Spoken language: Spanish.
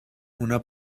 una